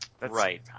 Right